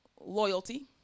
loyalty